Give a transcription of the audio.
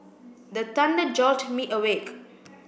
the thunder jolt me awake